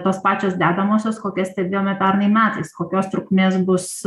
tos pačios dedamosios kokias stebėjome pernai metais kokios trukmės bus